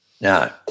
No